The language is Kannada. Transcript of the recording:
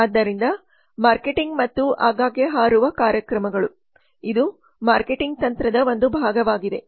ಆದ್ದರಿಂದ ಮಾರ್ಕೆಟಿಂಗ್ ಮತ್ತು ಆಗಾಗ್ಗೆ ಹಾರುವ ಕಾರ್ಯಕ್ರಮಗಳು ಇದು ಮಾರ್ಕೆಟಿಂಗ್ ತಂತ್ರದ ಒಂದು ಭಾಗವಾಗಿದೆ